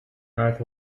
north